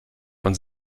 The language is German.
von